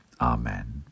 Amen